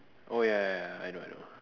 oh ya ya ya I know I know